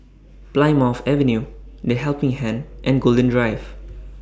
Plymouth Avenue The Helping Hand and Golden Drive